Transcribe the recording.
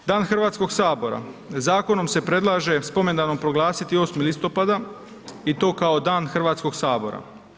Dan Hrvatskog sabora, zakonom se predlaže spomendanom proglasiti 8. listopada i to kao Dan Hrvatskog sabora.